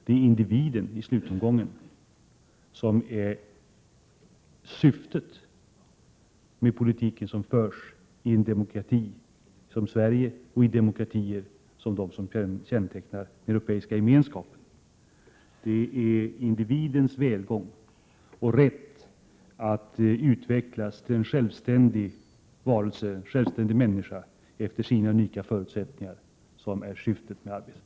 Det är i slutomgången individens bästa som är syftet med den politik som förs i en demokrati som Sverige och i de demokratier som kännetecknar den Europeiska gemenskapen. Det är individens välgång och rätt att utvecklas till en självständig människa efter sina unika förutsättningar som är syftet med arbetet.